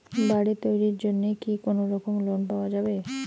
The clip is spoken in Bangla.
বাড়ি তৈরির জন্যে কি কোনোরকম লোন পাওয়া যাবে?